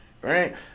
Right